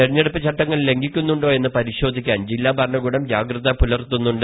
തെരഞ്ഞെടുപ്പ് ചട്ടങ്ങൾ ലംഘിക്കപെടുന്നുണ്ടോ എന്ന് പരിശോധിക്കാൻ ജില്ലാ ഭരണകൂടം ജാഗ്രത പുലർത്തുന്നുണ്ട്